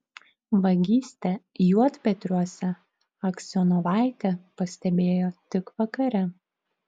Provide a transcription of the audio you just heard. vagystę juodpetriuose aksionovaitė pastebėjo tik vakare